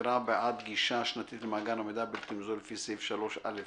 אגרה בעד גישה שנתית למאגר המידע הבלתי מזוהה לפי סעיף 3(א)(6)